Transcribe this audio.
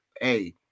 hey